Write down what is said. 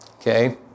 Okay